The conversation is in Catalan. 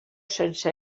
sense